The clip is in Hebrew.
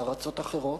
בארצות אחרות.